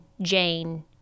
Jane